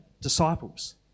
disciples